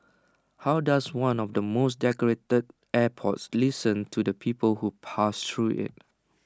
how does one of the most decorated airports listen to the people who pass through IT